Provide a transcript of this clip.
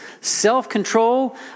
self-control